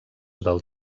del